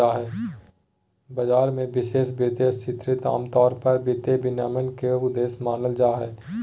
बाजार मे विश्वास, वित्तीय स्थिरता आमतौर पर वित्तीय विनियमन के उद्देश्य मानल जा हय